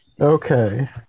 Okay